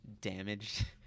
damaged